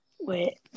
wait